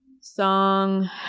song